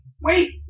WAIT